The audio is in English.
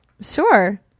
sure